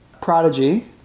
Prodigy